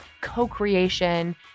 co-creation